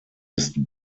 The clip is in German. ist